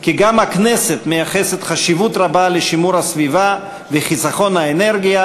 כי גם הכנסת מייחסת חשיבות רבה לשימור הסביבה ולחיסכון באנרגיה,